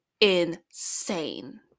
insane